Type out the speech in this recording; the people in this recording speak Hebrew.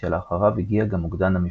כשלאחריו הגיע גם אוגדן המפלצות.